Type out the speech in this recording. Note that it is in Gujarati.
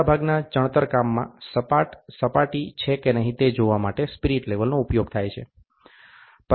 મોટા ભાગના ચણતર કામમાં સપાટી સપાટ છે કે નહી તે જોવા માટે સ્પિરિટ લેવલનો ઉપયોગ થાય છે